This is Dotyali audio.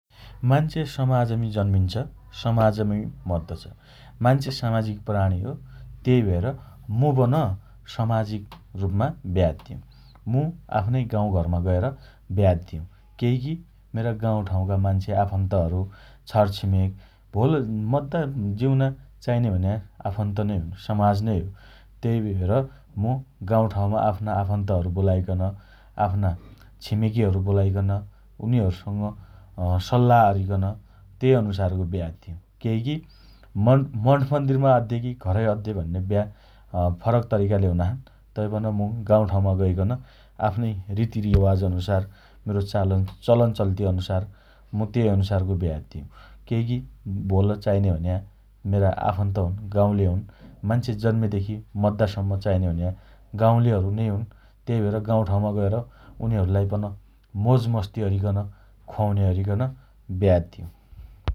मान्छे समाजमी जन्मिन्छ, समाजमी मद्दो छ । मान्छे सामाजिक प्राणी हो । तेइ भएर मु पन समाजिक रुपमा ब्या अद्दे हुँ । मु आफ्नै गाउँघरमा गएर ब्या अद्दे हुँ । केइकी मेरा गाउँठाउँका मान्छे, आफन्तहरु छरछिमेक भोल मद्दा जिउना चाहिने भन्या आफन्त नै हुन् । समाज नै हो । तेइ भएर मुँ गाउँठाउँमा आफ्ना आफन्तहरु बोलाइकन आफ्ना छिमेकीहरु बोलाइकन उनीहरुसँग अँ सल्लाह अरिकन तेइ अनुसारको ब्या अद्दे हुँ । केइकी मन् मठमन्दीरमा अद्देकी घरै अद्दे भन्ने ब्या अँ फरक तरिकाले हुना छन् । तैपन मु गाउँठाउँमा गइकन आफ्नै रितिरिवाज अनुसार मेरो चालन् चलन चल्ति अनुसार मु तेइ अनुसारको ब्या अद्दे हुँ । केइ की भोल चाहिने भन्या मेरा आफन्त हुन् । गाउँले हुन् । मान्छे जन्मेदेखि मद्दासम्म चाहिने भन्या गाउँलेहरू नै हुन् । तेइ भएर गाउँ ठाउँमा गएर उनीहरुलाई पन मोजमस्ती अरिकन ख्वाउने अरिकन ब्या अद्दे हु ।